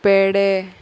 पेडे